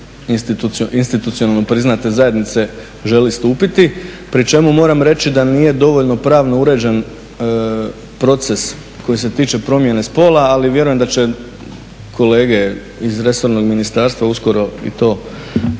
institucionalno priznate zajednice želi stupiti, pri čemu moram reći da nije dovoljno pravno uređen proces koji se tiče promjene spola. Ali vjerujem da će kolege iz resornog ministarstva uskoro i to bolje